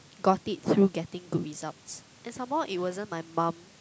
got it through getting good results and some more it wasn't my mum